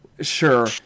Sure